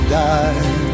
die